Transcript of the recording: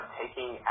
taking